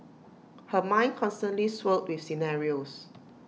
her mind constantly swirled with scenarios